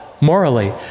morally